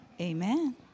Amen